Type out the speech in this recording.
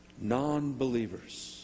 non-believers